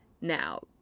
Now